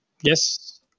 Yes